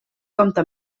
compta